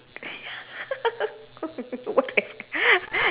what to